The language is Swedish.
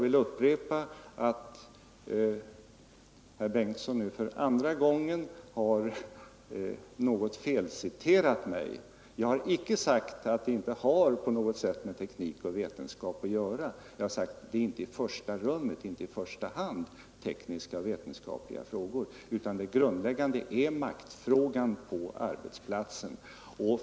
Herr Bengtsson har nu för andra gången något felciterat mig. Jag har inte sagt att lösningen av problemen inte har med teknik och vetenskap att göra — jag har sagt att dessa frågor inte i första hand är tekniska och vetenskapliga. Det grundläggande är maktfrågan på arbetsplatsen.